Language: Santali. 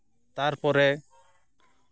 ᱛᱟᱨᱯᱚᱨᱮ